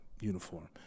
uniform